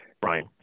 Brian